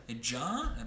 John